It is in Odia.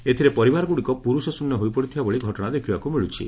ଏଥିରେ ପରିବାର ଗୁଡିକ ପୁରୁଷ ଶ୍ରିନ୍ୟ ହୋଇପଡୁଥିବା ଭଳି ଘଟଶା ଦେଖିବାକୁ ମିଳୁଛି